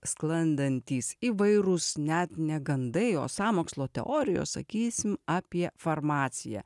sklandantys įvairūs net ne gandai o sąmokslo teorijos sakysim apie farmaciją